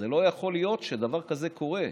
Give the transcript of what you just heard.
לא יכול להיות שדבר כזה קורה.